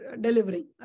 delivering